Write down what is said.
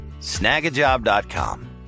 Snagajob.com